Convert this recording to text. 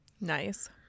Nice